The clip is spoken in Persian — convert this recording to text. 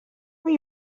اون